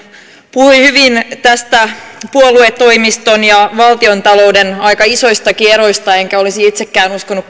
puhui hyvin näistä puoluetoimiston ja valtiontalouden aika isoistakin eroista enkä olisi itsekään uskonut